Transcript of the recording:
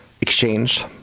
exchange